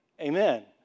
Amen